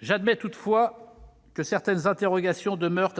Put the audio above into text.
J'admets toutefois que certaines interrogations demeurent